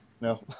No